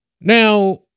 Now